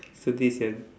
so this is your